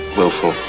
Willful